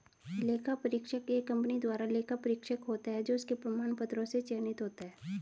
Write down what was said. लेखा परीक्षक एक कंपनी द्वारा लेखा परीक्षक होता है जो उसके प्रमाण पत्रों से चयनित होता है